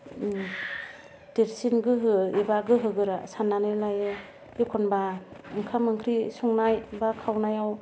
देरसिन गोहो एबा गोहोगोरा सान्नानै लायो एखनबा ओंखाम ओंख्रि संनाय बा खावनायाव